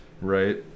Right